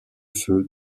feu